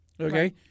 Okay